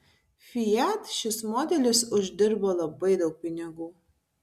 fiat šis modelis uždirbo labai daug pinigų